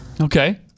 Okay